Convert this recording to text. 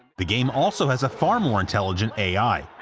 the game also has a far more intelligent ai,